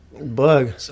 Bug